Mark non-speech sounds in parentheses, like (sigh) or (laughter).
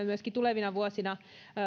(unintelligible) myöskin tulevina vuosina